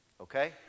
Okay